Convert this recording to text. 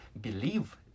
believe